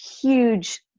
huge